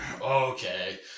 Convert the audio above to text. Okay